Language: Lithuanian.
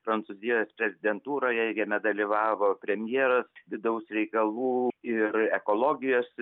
prancūzijos prezidentūroje jame dalyvavo premjeras vidaus reikalų ir ekologijos